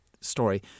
story